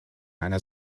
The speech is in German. einer